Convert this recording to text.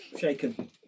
Shaken